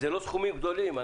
לא מדובר בסכומים גדולים,